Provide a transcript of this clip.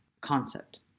concept